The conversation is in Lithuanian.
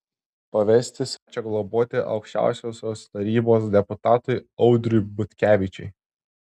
pavesti svečią globoti aukščiausiosios tarybos deputatui audriui butkevičiui